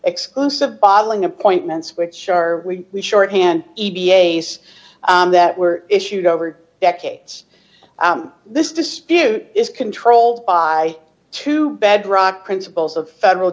exclusive bottling appointments which are we short hand e b a s that were issued over decades this dispute is controlled by two bedrock principles of federal